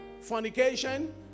fornication